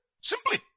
Simply